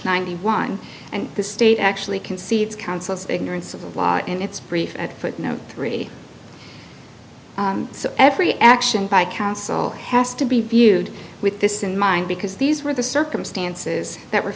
ninety one and the state actually concedes counsel's ignorance of the law and its brief at footnote three so every action by counsel has to be viewed with this in mind because these were the circumstances that were